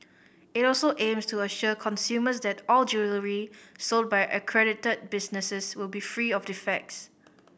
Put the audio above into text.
it also aims to assure consumers that all jewellery sold by accredited businesses will be free of defects